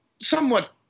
somewhat